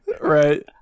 right